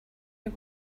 you